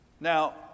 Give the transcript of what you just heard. Now